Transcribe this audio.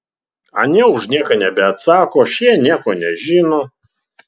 anie už nieką nebeatsako šie nieko nežino